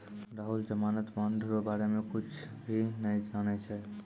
राहुल जमानत बॉन्ड रो बारे मे कुच्छ भी नै जानै छै